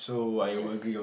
yes